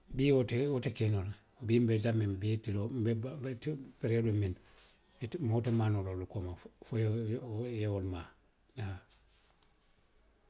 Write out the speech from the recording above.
Bii wo te, wo te ke noo la. Bii nbe daamiŋ, bii tiloo, nbe, nbe ti, nbe periyoodoo miŋ na, ite, moo te maa noo la wolu kooma fo ye wolu maa.